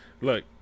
Look